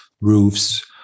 roofs